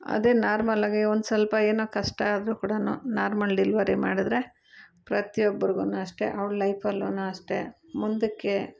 ಅದೇ ನಾರ್ಮಲ್ಲಾಗಿ ಒಂದು ಸ್ವಲ್ಪ ಏನೊ ಕಷ್ಟಾದರು ಕೂಡನು ನಾರ್ಮಲ್ ಡಿಲ್ವರಿ ಮಾಡಿದರೆ ಪ್ರತಿಯೊಬ್ರುಗು ಅಷ್ಟೆ ಅವ್ರ ಲೈಫಲ್ಲುನು ಅಷ್ಟೆ ಮುಂದಕ್ಕೆ